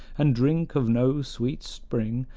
and drink of no sweet spring,